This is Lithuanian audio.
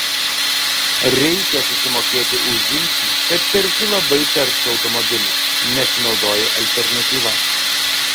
reikia susimokėti už žingsnį kad perki labai taršų automobilį nesinaudoji alternatyva